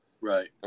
Right